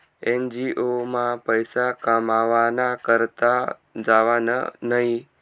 NGO मा पैसा कमावाना करता जावानं न्हयी